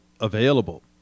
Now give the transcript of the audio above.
available